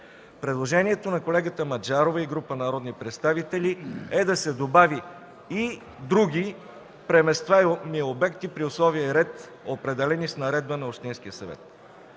Предложението на колегата Маджарова и група народни представители е да се добави „и други преместваеми обекти при условия и ред, определени с наредба на общинския съвет”.